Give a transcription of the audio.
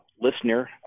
listener